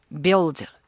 build